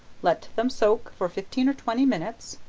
let them soak for fifteen or twenty minutes,